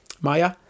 Maya